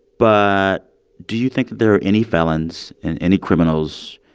but do you think that there are any felons, and any criminals,